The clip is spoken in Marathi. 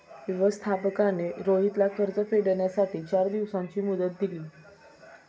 व्यवस्थापकाने रोहितला कर्ज फेडण्यासाठी चार दिवसांची मुदत दिली